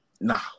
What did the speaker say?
nah